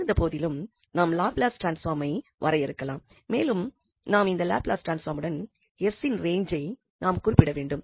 இருந்தபோதிலும் நாம் லாப்லஸ் டிரான்ஸ்பாமை வரையறுக்கலாம் மேலும் நாம் இந்த லாப்லஸ் டிரான்ஸ்பாமுடன் s இன் ரேஞ்ஜை நாம் குறிப்பிடவேண்டும்